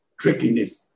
trickiness